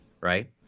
right